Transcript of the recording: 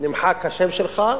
נמחק השם שלך.